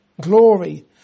glory